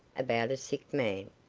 about a sick man.